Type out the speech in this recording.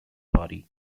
party